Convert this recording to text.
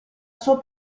suo